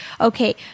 okay